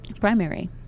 primary